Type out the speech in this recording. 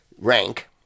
rank